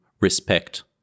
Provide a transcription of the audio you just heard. respect